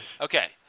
Okay